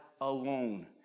alone